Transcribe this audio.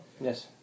Yes